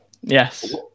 Yes